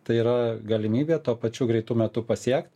tai yra galimybė tuo pačiu greitu metu pasiekt